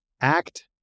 act